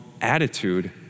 attitude